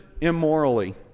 immorally